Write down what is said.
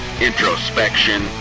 introspection